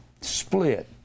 split